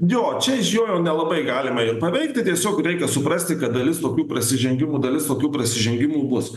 jo čia iš jo jau nelabai galima ir paveikti tiesiog reikia suprasti kad dalis tokių prasižengimų dalis tokių prasižengimų bus